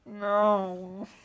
no